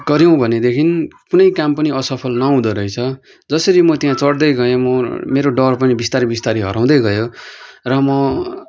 गऱ्यौँ भनेदेखि कुनै काम पनि असफल नहुँदो रहेछ जसरी म त्यहाँ चढ्दै गएँ म मेरो डर पनि बिस्तारी बिस्तारी हराउँदै गयो र म